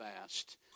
fast